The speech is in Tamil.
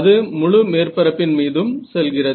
அது முழு மேற்பரப்பின் மீதும் செல்கிறது